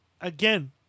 Again